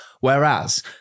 Whereas